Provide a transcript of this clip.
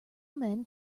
men